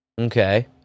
Okay